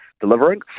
delivering